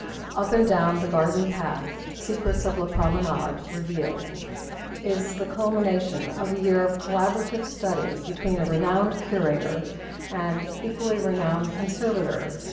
up and down the garden path secrets of la promenade revealed is the culmination of a year of collaborative study between a renowned curator and equally renowned conservator,